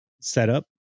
setup